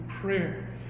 prayer